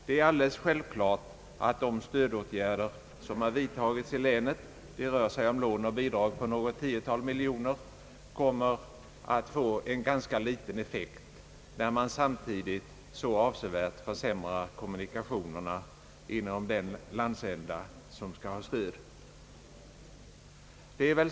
Det är alldeles självklart att de stödåtgärder som har vidtagits i länet — det rör sig om lån och bidrag på något tiotal miljoner kronor — kommer att få en ganska liten effekt, när man samtidigt så avsevärt försämrar kommunikationerna i den bygd som skall ha stödet.